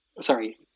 Sorry